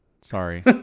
Sorry